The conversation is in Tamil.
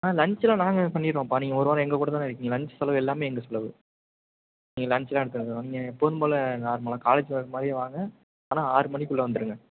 ஆ லன்ச்செல்லாம் நாங்கள் பண்ணிடுறோம்ப்பா நீங்கள் ஒரு வாரம் எங்கக்கூட தான இருக்கீங்க லன்ச் செலவு எல்லாமே எங்கள் செலவு நீங்கள் லன்ச்லாம் எடுத்துகிட்டு வர வேணாம் நீங்கள் எப்போதும் போல நார்மலா காலேஜ் வரமாரியே வாங்க ஆனால் ஆறுமணிக்குள்ள வந்துடுங்க